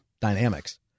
dynamics